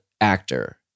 actor